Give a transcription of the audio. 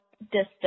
distance